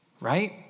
right